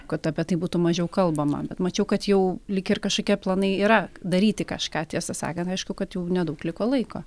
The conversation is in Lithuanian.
kad apie tai būtų mažiau kalbama bet mačiau kad jau lyg ir kažkokie planai yra daryti kažką tiesą sakant aišku kad jau nedaug liko laiko